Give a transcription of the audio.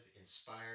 inspired